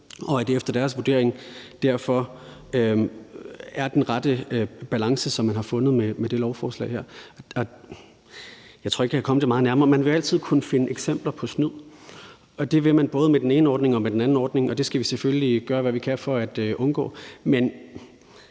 og at det efter deres vurdering derfor er den rette balance, som man har fundet med det lovforslag her. Jeg tror ikke, at jeg kan komme det meget nærmere. Man vil altid kunne finde eksempler på snyd, og det vil man både med den ene ordning og med den anden ordning, og det skal vi selvfølgelig gøre alt, hvad vi kan, for at undgå.